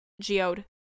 Geode